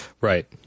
Right